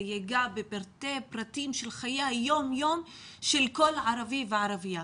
זה ייגע בפרטי פרטים של חיי היום-יום של כל ערבי וערבייה,